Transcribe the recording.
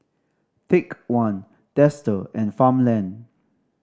Take One Dester and Farmland